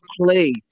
play